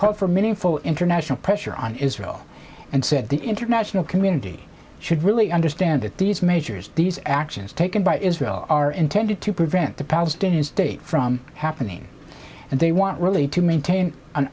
called for many full international pressure on israel and said the international community should really understand that these measures these actions taken by israel are intended to prevent the palestinian state from happening and they want really to maintain an